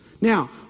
Now